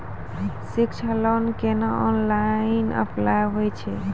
शिक्षा लोन केना online apply होय छै?